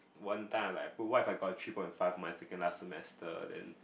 one time I'm like oo what if I got a three point five in my second last semester then